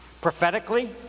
Prophetically